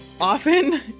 often